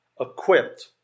equipped